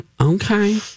Okay